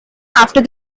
after